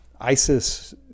ISIS